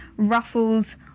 Ruffles